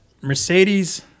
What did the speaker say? Mercedes